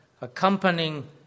accompanying